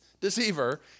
deceiver